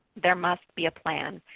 there must be a plan.